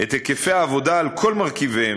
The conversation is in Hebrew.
את היקפי העבודה על כל מרכיביהם,